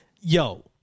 Yo